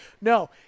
No